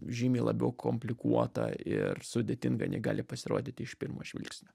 žymiai labiau komplikuota ir sudėtinga nei gali pasirodyti iš pirmo žvilgsnio